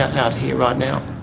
out here right now.